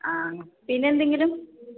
ആ പിന്നെന്തെങ്കിലും